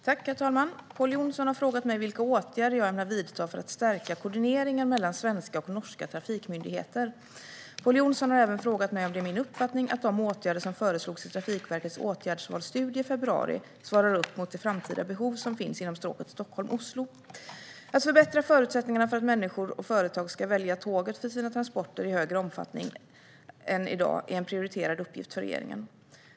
Herr talman! Pål Jonsson har frågat mig vilka åtgärder jag ämnar vidta för att stärka koordineringen mellan svenska och norska trafikmyndigheter. Pål Jonsson har även frågat mig om det är min uppfattning att de åtgärder som föreslogs i Trafikverkets åtgärdsvalsstudie i februari svarar upp mot det framtida behov som finns inom stråket Stockholm-Oslo. Att förbättra förutsättningarna för att människor och företag ska välja tåget för sina transporter i större omfattning än i dag är en prioriterad uppgift för regeringen.